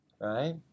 Right